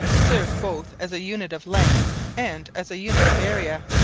served both as a unit of length and as a unit of area.